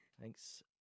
Thanks